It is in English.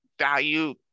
value